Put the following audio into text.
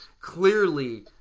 clearly